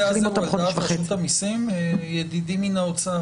הנושא הזה הוא על דעת רשות המסים, ידידי מהאוצר?